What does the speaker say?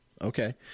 Okay